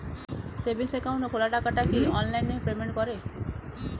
Savings account খোলা টাকাটা কি অনলাইনে পেমেন্ট করে?